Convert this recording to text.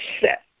set